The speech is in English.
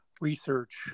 research